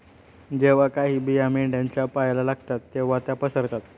जेव्हा काही बिया मेंढ्यांच्या पायाला लागतात तेव्हा त्या पसरतात